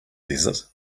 desert